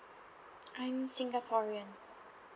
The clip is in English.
I'm singaporean